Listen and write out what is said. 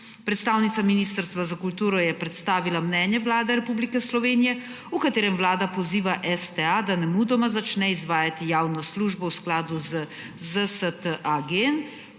Predstavnica Ministrstva za kulturo je predstavila mnenje Vlade Republike Slovenije, v katerem Vlada poziva STA, da nemudoma začne izvajati javno službo v skladu z ZSTAgen,